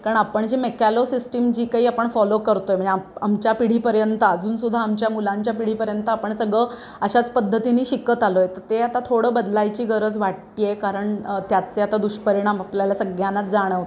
कारण आपण जे मेकॅलो सिस्टीम जी काही आपण फॉलो करतो आहे म्हणजे आम आमच्या पिढीपर्यंत अजून सुद्धा आमच्या मुलांच्या पिढीपर्यंत आपण सगळं अशाच पद्धतीने शिकत आलो आहे तर ते आता थोडं बदलायची गरज वाटते आहे कारण त्याचे आता दुष्परिणाम आपल्याला सगळ्यांनाच जाणवत आहेत